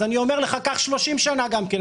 אז אני אומר לך קח 30 שנה גם כן,